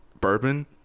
bourbon